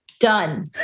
Done